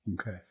Okay